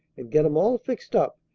and get em all fixed up,